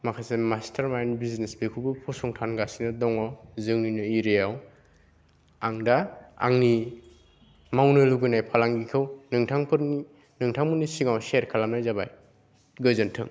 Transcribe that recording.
माखासे master mind business बेखौबो फसंथानगासिनो दङ जोंनिनो एरियायाव आं दा आंनि मावनो लुबैनाय फालांगिखौ नोंथांफोरनि नोंथांमोननि सिगाङाव शेयार खालामनाय जाबाय गोजोन्थों